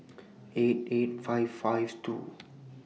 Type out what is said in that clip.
eight eight five five two